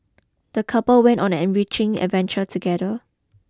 the couple went on an enriching adventure together